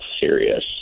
serious